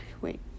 Wait